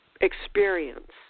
experience